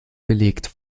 belegt